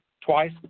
twice